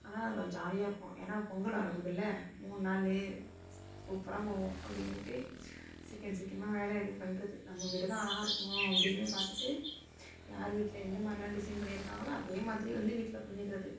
ஆனால் அது ஜாலியாக இருக்கும் ஏன்னா பொங்கல் வரப்போகுதுல்ல மூணு நாள் சூப்பராக போகும் அப்படின்னுட்டு சீக்கிரம் சீக்கிரமாக வேலையை ரெடி பண்ணுறது நம்ம வீடு தான் அழகாக இருக்கணும் அப்படின்னு பார்த்துட்டு யார் வீட்டில எந்த மாதிரிலாம் டிசைன் பண்ணியிருக்காங்களோ அதே மாதிரி வந்து வீட்டில பண்ணிடுறது